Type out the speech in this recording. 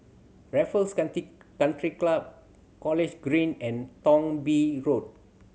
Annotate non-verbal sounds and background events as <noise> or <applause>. Raffles <unintelligible> Country Club College Green and Thong Bee Road